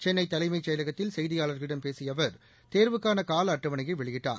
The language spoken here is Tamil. சென்னை தலைமைச் செயலகத்தில் செய்தியாளர்களிடம் பேசிய அவர் தேர்வுக்கான கால அட்டவணையை வெளியிட்டார்